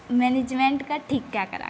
मैनेजमेन्टके ठीक कए कऽ राखै